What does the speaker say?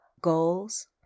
Goals